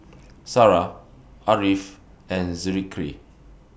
Sarah Ariff and Zikri